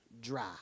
dry